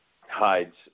hides